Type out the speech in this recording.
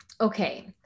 Okay